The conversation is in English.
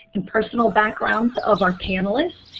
and personal backgrounds of our panelists.